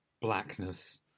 blackness